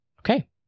Okay